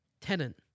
Tenant